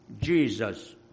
Jesus